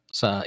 sa